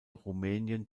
rumänien